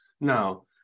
Now